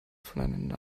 voneinander